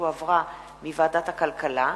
שהחזירה ועדת הכלכלה.